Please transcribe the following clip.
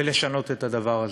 ולשנות את הדבר הזה.